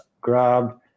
grab